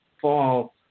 fall